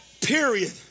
period